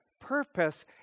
purpose